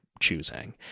choosing